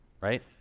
Right